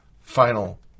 final